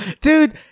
Dude